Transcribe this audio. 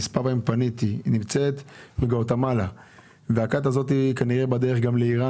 הכת נמצאת בגואטמלה והכת הזאת כנראה בדרך לאירן,